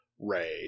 Ray